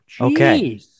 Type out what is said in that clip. Okay